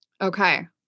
Okay